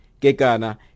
Kekana